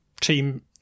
team